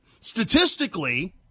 statistically